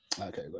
Okay